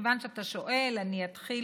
מכיוון שאתה שואל, אני אתחיל